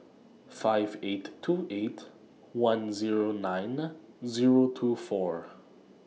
five eight two eight one Zero nine Zero two four